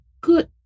good